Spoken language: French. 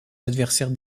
adversaires